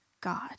God